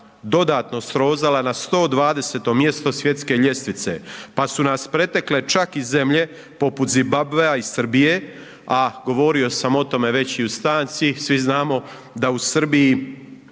dodatno srozala na 120. mjesto svjetske ljestvice, pa su nas pretekle čak i zemlje poput Zimbabvea i Srbije, a govorio sam o tome već i u stanci, svi znamo da u Srbiji